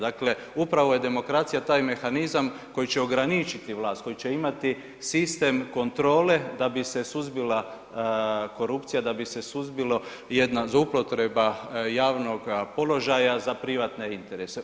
Dakle, upravo je demokracija taj mehanizam koji će ograničiti vlast, koji će imati sistem kontrole da bi se suzbila korupcija, da bi se suzbilo jedna zloupotreba javnoga položaja za privatne interese.